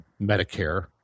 Medicare